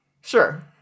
sure